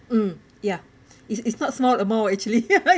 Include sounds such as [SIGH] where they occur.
um ya it's it's not small amount actually [LAUGHS]